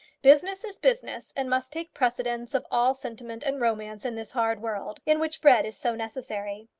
business is business, and must take precedence of all sentiment and romance in this hard world in which bread is so necessary.